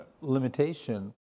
limitation